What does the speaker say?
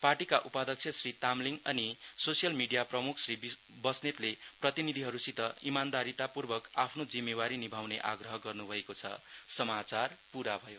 पार्टीका उपाध्यक्ष श्री तामलिङ अनि सोस्यल मिडिया प्रमुख श्री बस्नेतले प्रतिनिधिहरुसित इमान्दारिता पूर्वक आफ्नो जिम्मेवारी निभाउने आग्रह गर्नुभयो